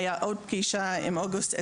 והיתה עוד פגישה באוגוסט 2021,